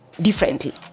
differently